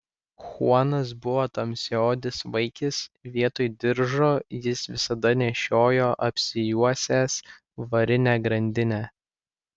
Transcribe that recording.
chuanas buvo tamsiaodis vaikis vietoj diržo jis visada nešiojo apsijuosęs varinę grandinę